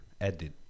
edit